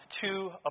two